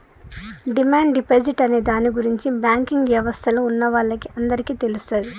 demand deposit అనే దాని గురించి బ్యాంకింగ్ యవస్థలో ఉన్నవాళ్ళకి అందరికీ తెలుస్తది